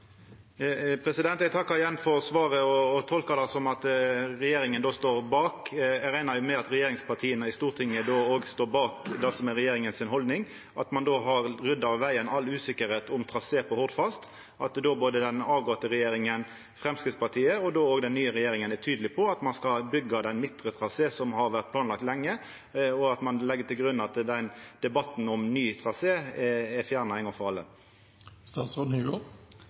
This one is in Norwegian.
Eg takkar igjen for svaret og tolkar det som at regjeringa står bak. Eg reknar med at regjeringspartia i Stortinget då òg står bak det som er regjeringas haldning, at ein har rydda av vegen all usikkerheit om trasé for Hordfast, at både den avgåtte regjeringa, Framstegspartiet og den nye regjeringa er tydelege på at ein skal byggja den midtre traseen, som har vore planlagt lenge, og at ein legg til grunn at debatten om ny trasé er fjerna ein gong for